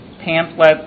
pamphlet